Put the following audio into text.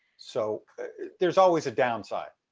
so there's always a downside.